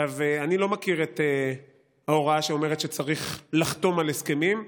אני לא מכיר את ההוראה שאומרת שצריך לחתום על הסכמים.